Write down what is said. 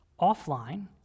offline